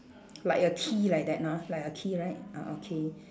like a T like that lah like a T right ah okay